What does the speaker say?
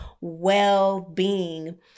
well-being